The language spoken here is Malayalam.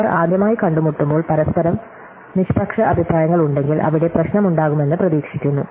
അവർ ആദ്യമായി കണ്ടുമുട്ടുമ്പോൾ പരസ്പരം പരസ്പരം നിഷ്പക്ഷ അഭിപ്രായങ്ങളുണ്ടെങ്കിൽ അവിടെ പ്രശ്നമുണ്ടാകുമെന്ന് പ്രതീക്ഷിക്കുന്നു